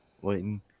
waiting